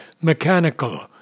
mechanical